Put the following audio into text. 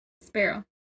sparrow